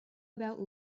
about